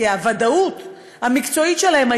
כי הוודאות המקצועית שלהם,